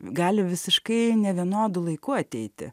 gali visiškai nevienodu laiku ateiti